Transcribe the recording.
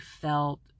felt